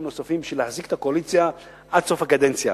נוספים בשביל להחזיק את הקואליציה עד סוף הקדנציה,